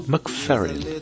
McFerrin